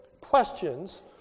questions